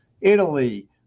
Italy